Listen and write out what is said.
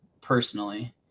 personally